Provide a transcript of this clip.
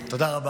תודה,